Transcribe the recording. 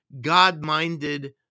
God-minded